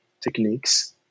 techniques